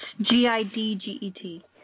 G-I-D-G-E-T